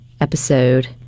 episode